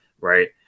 right